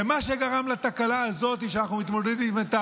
ומה שגרם לתקלה הזאת שאנחנו מתמודדים איתה